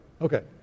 Okay